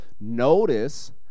Notice